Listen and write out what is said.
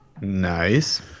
Nice